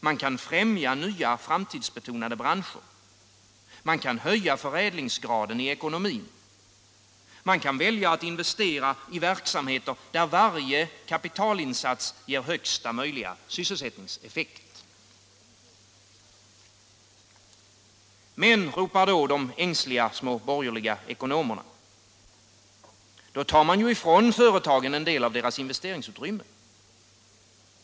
Man kan främja nya, framtidsbetonade branscher. Man kan höja = förädlingsgraden i ekonomin. Man kan välja att investera i verksamheter — Förlängd tid för där varje kapitalinsats ger högsta möjliga sysselsättningseffekt. särskilt investe Men - ropar då de ängsliga små borgerliga ekonomerna — då tar man = ringsavdrag och ju ifrån företagen en del av deras investeringsutrymme.